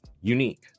Unique